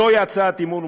זוהי הצעת האי-אמון.